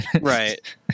Right